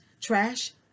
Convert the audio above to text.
trash